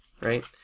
right